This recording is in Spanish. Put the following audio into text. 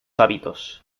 hábitos